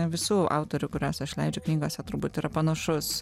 visų autorių kuriuos aš leidžiu knygose turbūt yra panašus